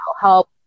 help